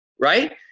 right